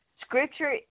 Scripture